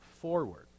forward